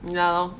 ya lor